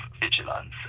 vigilance